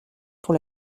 pour